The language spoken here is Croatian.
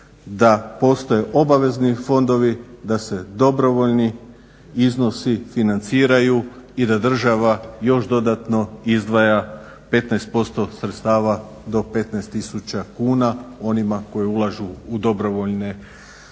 da postoje obavezni fondovi da se dobrovoljni iznosi financiraju i da država još dodatno izdvaja 15% sredstava do 15 tisuća kuna onima koji ulažu u dobrovoljne fondove